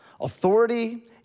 Authority